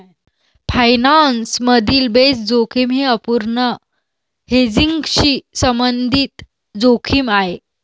finance मधील base जोखीम ही अपूर्ण हेजिंगशी संबंधित जोखीम आहे